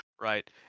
right